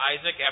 Isaac